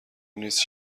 نیست